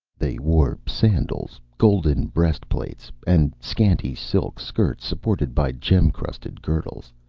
they wore sandals, golden breast-plates, and scanty silk skirts supported by gem-crusted girdles,